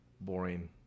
boring